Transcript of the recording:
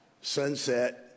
sunset